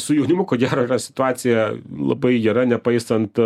su jaunimu ko gero yra situacija labai gera nepaisant